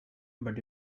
but